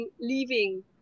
leaving